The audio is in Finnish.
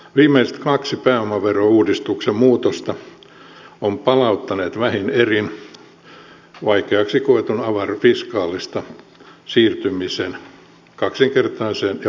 viimeiset kaksi pääomaverouudistuksen muutosta ovat palauttaneet siirtymisen vähin erin vaikeaksi koetusta avoir fiscalista kaksinkertaiseen ja progressiiviseen pääomaverotukseen